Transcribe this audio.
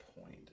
point